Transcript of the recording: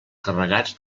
carregats